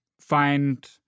find